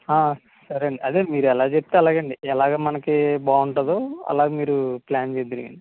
సరే అండి అదే మీరు ఎలా చెప్తే అలాగేండి ఎలాగ మనకి బాగుంటుందో అలాగ మీరు ప్లాన్ చేద్దురు గానీ